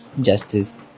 justice